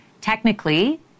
Technically